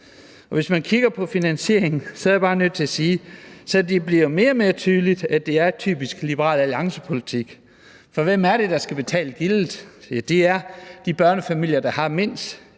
Og hvis man kigger på finansieringen, er jeg bare nødt til at sige, at det bliver mere og mere tydeligt, at det er typisk Liberal Alliance-politik. For hvem er det, der skal betale gildet? Ja, det er de børnefamilier, der har mindst,